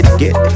get